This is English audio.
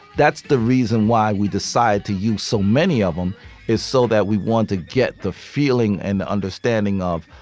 that's the reason why we decide to use so many of them is so that we want to get the feeling and the understanding of,